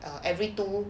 and every two